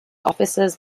offices